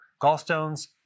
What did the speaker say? gallstones